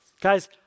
Guys